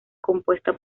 compuesta